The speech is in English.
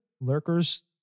lurkers